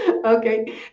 Okay